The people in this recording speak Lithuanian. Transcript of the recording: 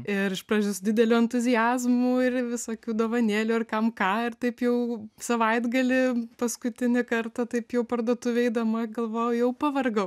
ir iš pradžių su dideliu entuziazmu ir visokių dovanėlių ir kam ką ir taip jau savaitgalį paskutinį kartą taip jau parduotuvėj eidama galvojau jau pavargau